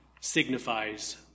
signifies